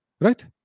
Right